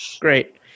Great